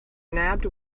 nabbed